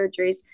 surgeries